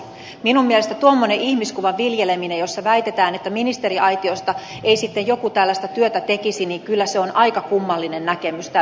minun mielestäni tuommoisen ihmiskuvan viljeleminen jossa väitetään että ministeriaitiosta ei sitten joku tällaista työtä tekisi kyllä on aika kummallinen näkemys täytyy sanoa